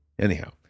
Anyhow